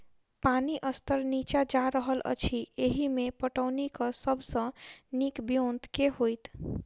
पानि स्तर नीचा जा रहल अछि, एहिमे पटौनीक सब सऽ नीक ब्योंत केँ होइत?